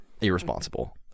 irresponsible